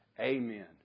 Amen